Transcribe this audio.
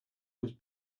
was